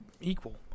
equal